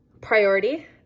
Priority